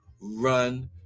run